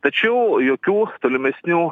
tačiau jokių tolimesnių